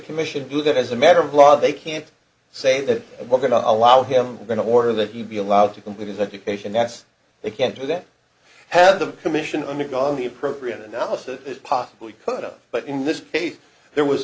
commission do that as a matter of law they can't say that we're going to allow him going to order that he be allowed to complete his education that's they can't do that had the commission undergone the appropriate analysis it possibly could of but in this case there was